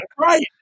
Right